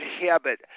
habit